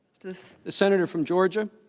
if the senator from georgia